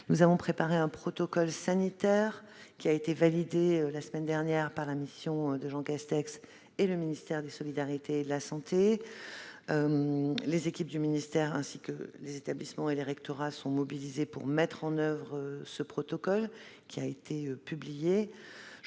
Nous avons préparé un protocole sanitaire qui a été validé la semaine dernière par la mission présidée par Jean Castex et par le ministère des solidarités et de la santé. Les équipes du ministère, les établissements et les rectorats sont mobilisés pour mettre en oeuvre ce protocole qui a été publié.